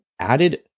added